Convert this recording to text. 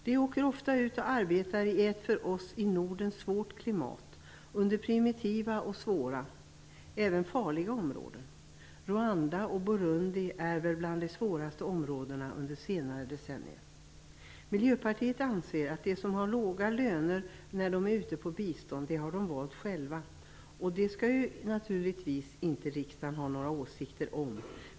De åker ofta ut och arbetar i ett för oss i Norden svårt klimat, i primitiva, svåra och även farliga områden - Rwanda och Burundi är väl bland de svåraste områdena under senare decennier. Miljöpartiet anser att de som har låga löner när de är ute och jobbar med bistånd har valt det själva, och det skall naturligtvis inte riksdagen ha några åsikter om.